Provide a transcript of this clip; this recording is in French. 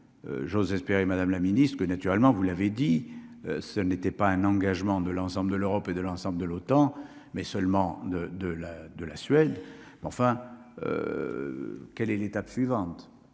j'ose espérer, Madame la Ministre, que naturellement vous l'avez dit, ce n'était pas un engagement de l'ensemble de l'Europe et de l'ensemble de l'OTAN, mais seulement de de la de la Suède, mais enfin quelle est l'étape suivante,